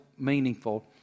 Meaningful